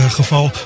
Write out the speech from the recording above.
geval